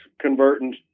converting